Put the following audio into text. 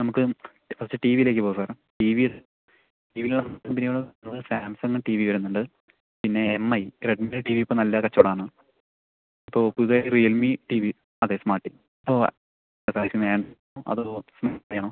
നമുക്ക് കുറച്ച് ടി വിയിലേക്ക് പോസാക്കാം ടി വി ടി വിയിൽ നല്ല കമ്പനികളുള്ളത് സാംസംഗ് ടി വി വരുന്നുണ്ട് പിന്നെ എം ഐ റെഡ്മിയുടെ ടി വി ഇപ്പം നല്ല കച്ചവടമാണ് ഇപ്പോൾ പുതുതായി റിയൽമീ ടി വി അതെ സ്മാർട്ട് ടി വി ഓ ആ എത്ര പൈസ അതോ വേണോ